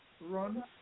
run